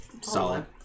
Solid